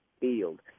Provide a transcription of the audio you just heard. field